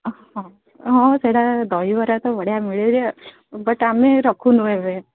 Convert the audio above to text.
ଅ ହଁ ହଁ ସେଇଟା ଦହିବରା ତ ବଢ଼ିଆ ମିଳେ ଯେ ବଟ୍ ଆମେ ରଖୁନୁ ଏବେ